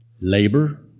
Labor